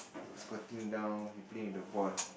he was squatting down he playing with the ball